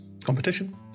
competition